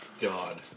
God